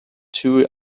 two